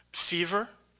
fever,